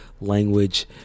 language